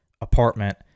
apartment